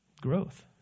growth